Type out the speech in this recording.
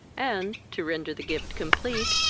and, to render the gift complete,